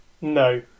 No